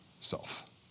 self